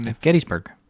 Gettysburg